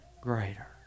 greater